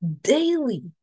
daily